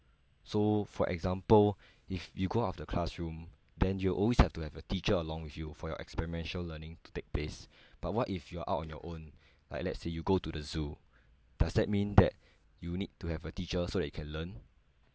so for example if you go out of the classroom then you will always have to have a teacher along with you for your experiential learning to take place but what if you are out on your own like let's say you go to the zoo does that mean that you need to have a teacher so that you can learn